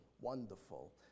wonderful